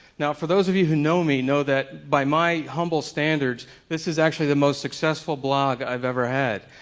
now for those of you who know me, know that by my humble standards, this is actually the most successful blog i've ever had.